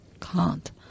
Cant